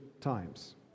times